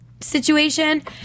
situation